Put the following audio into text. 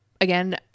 Again